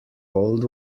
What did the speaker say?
old